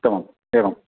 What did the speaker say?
उत्तमम् एवं